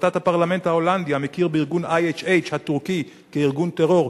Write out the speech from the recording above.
החלטת הפרלמנט ההולנדי המכיר בארגון IHH הטורקי כארגון טרור,